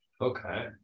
okay